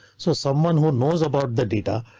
so someone who knows about the data.